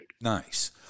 Nice